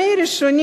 מימי הראשונים